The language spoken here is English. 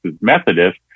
Methodist